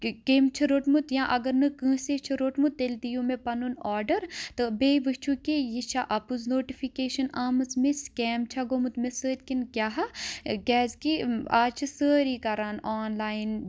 کٔمۍ چھُ روٚٹمُت یا اَگر نہٕ کٲنٛسے چھُ روٚٹمُت تیٚلِہِ دِیِو مےٚ پَنُن آرڈر تہٕ بیٚیہِ وٕچھو کہِ یہِ چھا اَپُز نوٹِفِکیشَن آمٕژ مےٚ سکیم چھا گۆمُت مےٚ سۭتۍ کِنہٕ کیاہ کیازِ کہِ آز چھ سٲری کَران آنلایِن